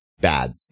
bad